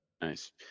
Nice